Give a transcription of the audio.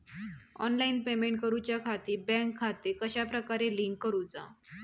Online payment करुच्याखाती bank खाते कश्या प्रकारे लिंक करुचा?